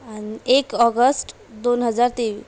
आणि एक ऑगस्ट दोन हजार तेवीस